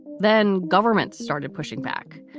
then governments started pushing back.